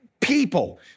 people